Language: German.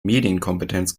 medienkompetenz